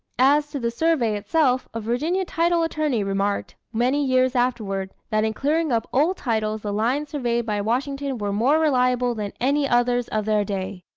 as to the survey itself, a virginia title attorney remarked, many years afterward, that in clearing up old titles the lines surveyed by washington were more reliable than any others of their day.